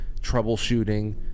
troubleshooting